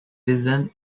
vision